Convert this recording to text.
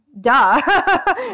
duh